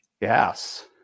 Yes